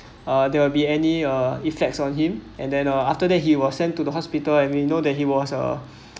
uh there will be any uh effects on him and then uh after that he was sent to the hospital and we know that he was a